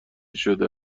شده